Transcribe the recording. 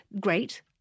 great